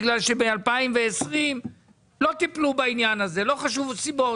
בגלל שב-2020 לא טיפלו בעניין זה, לא חשוב הסיבות.